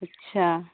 अच्छा